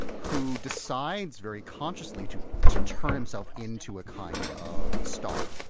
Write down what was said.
who decides very consciously to to turn himself into a kind of star.